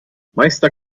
meister